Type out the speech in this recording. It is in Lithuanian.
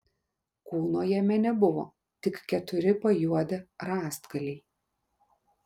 kūno jame nebuvo tik keturi pajuodę rąstgaliai